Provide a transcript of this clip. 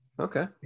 Okay